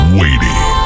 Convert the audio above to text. waiting